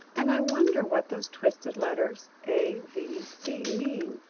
and i wonder what those twisted letters a v c. mean?